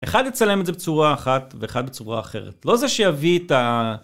אחד יצלם את זה בצורה אחת ואחד בצורה אחרת, לא זה שיביא את ה...